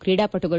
ಕ್ರೀಡಾಪಟುಗಳು